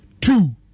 two